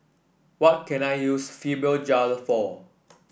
what can I use Fibogel for